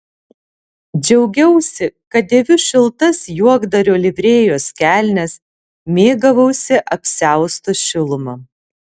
džiaugiausi kad dėviu šiltas juokdario livrėjos kelnes mėgavausi apsiausto šiluma